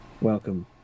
Welcome